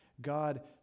God